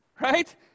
right